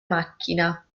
macchina